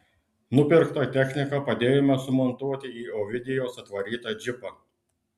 nupirktą techniką padėjome sumontuoti į ovidijaus atvarytą džipą